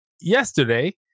yesterday